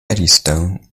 eddystone